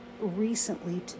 recently